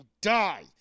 die